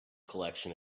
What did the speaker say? collection